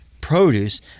produce